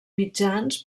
mitjans